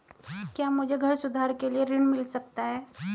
क्या मुझे घर सुधार के लिए ऋण मिल सकता है?